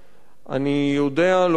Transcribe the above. אני יודע לומר לכם,